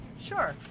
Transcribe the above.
Sure